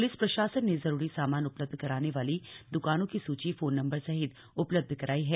police प्रशासन ने जरूरी सामान उपलब्ध कराने वाली द्कानों की सूची फोन नंबर सहित उपलब्ध कराई है